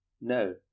No